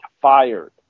fired